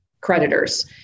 Creditors